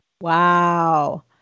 Wow